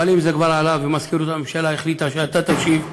אבל אם זה כבר עלה ומזכירות הממשלה החליטה שאתה תשיב,